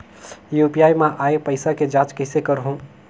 UPI मा आय पइसा के जांच कइसे करहूं?